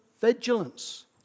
vigilance